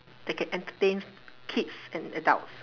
that can entertain kids and adults